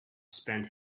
spend